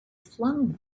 flung